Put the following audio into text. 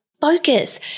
focus